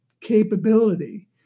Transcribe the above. capability